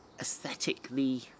aesthetically